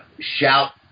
Shout